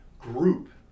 group